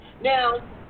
Now